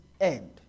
end